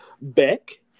Beck